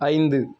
ஐந்து